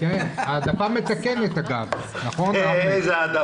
היה חשוב לי להגיע כדי לדבר על התפקוד שלו ושל מד"א בחודשים האחרונים,